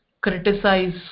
criticize